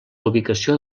ubicació